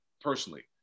personally